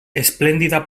esplèndida